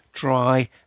dry